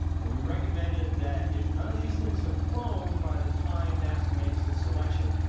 and we recommended that if none of these things have flown by the time nasa makes its selection,